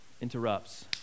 interrupts